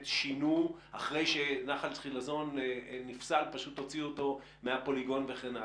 שינו אחרי שנחל החילזון נפסל ופשוט הוציאו אותו מהפוליגון וכן הלאה.